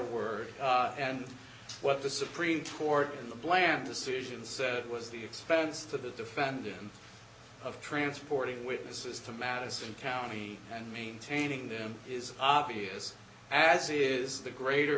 word and what the supreme court in the bland decision said was the expense to the defendant of transporting witnesses to madison county and maintaining them is obvious as it is the greater